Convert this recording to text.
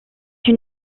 une